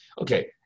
Okay